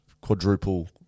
quadruple